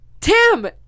tim